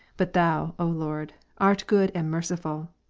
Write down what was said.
but thou, o lord, art good and merciful,